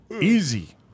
Easy